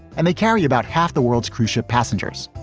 and they carry about half the world's cruise ship passengers.